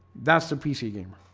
that's the pc gamer.